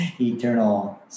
Eternal